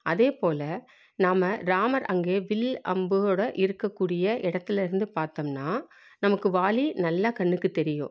அதே போல் நாம ராமர் அங்கே வில் அம்போடு இருக்கக்கூடிய இடத்துலருந்து பார்த்தம்னா நமக்கு வாலி நல்லா கண்ணுக்கு தெரியும்